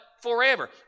forever